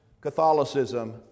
Catholicism